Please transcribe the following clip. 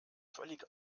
völlig